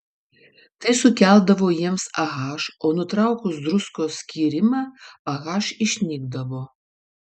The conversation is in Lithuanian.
tai sukeldavo jiems ah o nutraukus druskos skyrimą ah išnykdavo